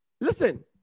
listen